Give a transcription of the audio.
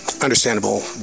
understandable